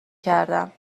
کردم